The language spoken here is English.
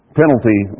penalty